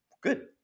good